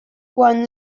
quan